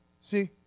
see